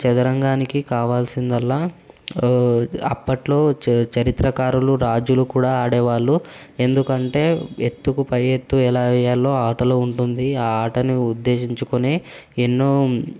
చదరంగానికి కావాల్సింది అప్పట్లో చరిత్రకారులు రాజులు కూడా ఆడేవాళ్ళు ఎందుకంటే ఎత్తుకు పై ఎత్తు ఎలా వేయాలో ఆ ఆటలో ఉంటుంది ఆ ఆటను ఉద్దేశించుకుని ఎన్నో